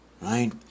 Right